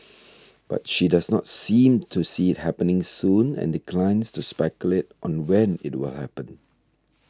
but she does not seem to see it happening soon and declines to speculate on when it were happen